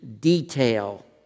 detail